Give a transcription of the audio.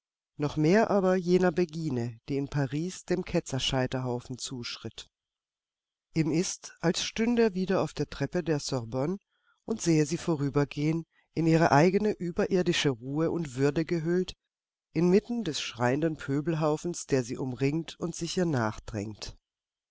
noch mehr aber jener begine die in paris dem ketzerscheiterhaufen zuschritt ihm ist als stünde er wieder auf der treppe der sorbonne und sähe sie vorübergehen in ihre eigene überirdische ruhe und würde gehüllt inmitten des schreienden pöbelhaufens der sie umringt und sich